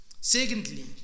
Secondly